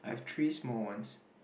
three small ones